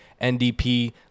NDP